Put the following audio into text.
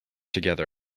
together